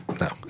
No